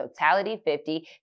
totality50